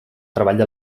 treball